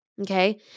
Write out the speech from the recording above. okay